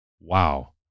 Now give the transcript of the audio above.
Wow